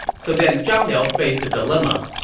so then zhang liao faced a dilemma.